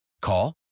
Call